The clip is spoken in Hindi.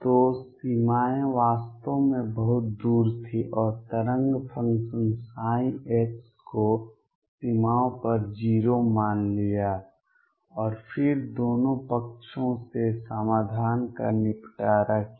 तो सीमाएँ वास्तव में बहुत दूर थीं और तरंग फ़ंक्शन ψ को सीमाओं पर 0 मान लिया और फिर दोनों पक्षों से समाधान का निपटारा किया